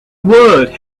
world